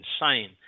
insane